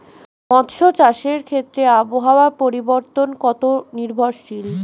মৎস্য চাষের ক্ষেত্রে আবহাওয়া পরিবর্তন কত নির্ভরশীল?